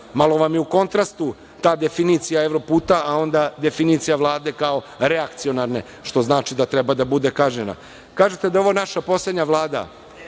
Malo vam je u kontrastu ta definicija evroputa, a onda definicija vlade kao reakcionarne, što znači da treba da bude kažnjena. Kažete da je ovo naša poslednja vlada.